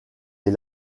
est